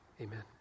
Amen